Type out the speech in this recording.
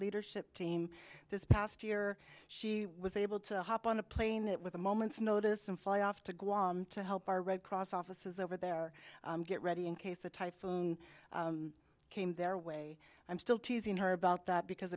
leadership team this past year she was able to hop on a plane it with a moment's notice and fly off to guam to help our red cross offices over there get ready in case a typhoon came their way i'm still teasing her about that because